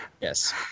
Yes